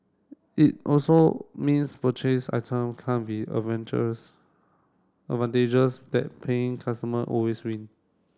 it also means purchased item can't be adventures advantageous that paying customer always win